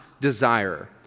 desire